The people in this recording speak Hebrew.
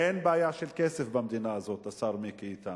אין בעיה של כסף במדינה הזאת, השר מיקי איתן.